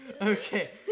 Okay